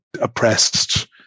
oppressed